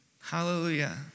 Hallelujah